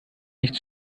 nicht